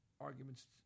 arguments